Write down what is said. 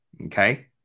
Okay